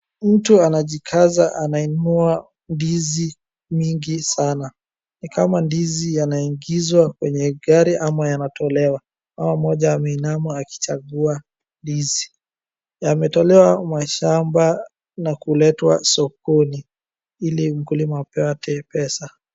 Mtu anajikaza anainua ndizi mingi sana. Ni kama ndizi yanaingizwa kwenye gari ama yanatolewa. Mama moja ameinama akichangua ndizi. Yametolewa mashamba na kuletwa sokoni ili mkulima apate pesa.